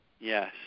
yes